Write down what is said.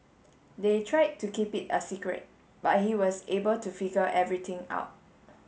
they tried to keep it a secret but he was able to figure everything out